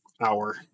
hour